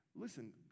listen